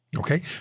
Okay